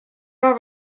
are